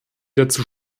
dazu